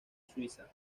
suiza